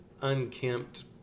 unkempt